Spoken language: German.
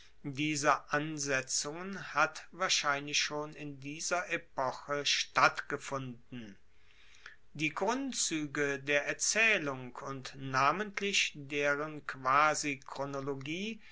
dieser ansetzungen hat wahrscheinlich schon in dieser epoche stattgefunden die grundzuege der erzaehlung und namentlich deren